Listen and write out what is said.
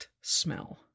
smell